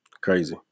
Crazy